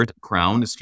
Crown